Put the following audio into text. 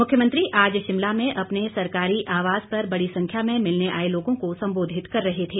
मुख्यमंत्री आज शिमला में अपने सरकारी आवास पर बड़ी संख्या में मिलने आए लोगों को संबोधित कर रहे थे